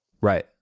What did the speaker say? Right